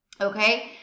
Okay